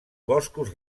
boscos